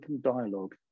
dialogue